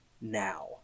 now